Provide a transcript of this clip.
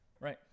Right